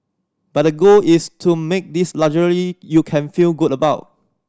but the goal is to make this luxury you can feel good about